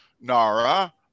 NARA